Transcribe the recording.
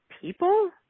people